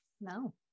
no